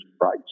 price